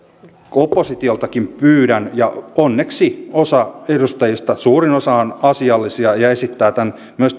oppositioltakin pyydän onneksi suurin osa edustajista on asiallisia ja esittää myös